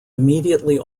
immediately